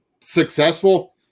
successful